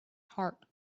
heart